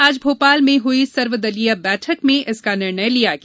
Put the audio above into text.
आज भोपाल में हुई सर्वदलीय बैठक में इसका निर्णय लिया गया